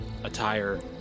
Attire